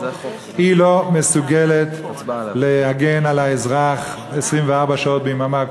שהיא לא מסוגלת להגן על האזרח 24 שעות ביממה,